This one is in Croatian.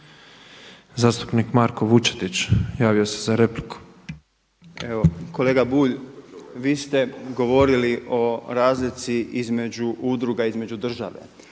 za repliku. **Vučetić, Marko (Nezavisni)** Kolega Bulj, vi ste govorili o razlici između udruga, između države.